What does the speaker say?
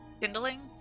kindling